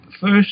First